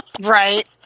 Right